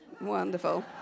Wonderful